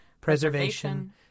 preservation